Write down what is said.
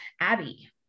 Abby